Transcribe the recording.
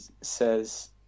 says